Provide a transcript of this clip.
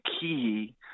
key